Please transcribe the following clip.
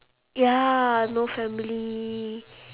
ya no family